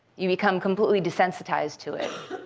you become completely desensitized to it.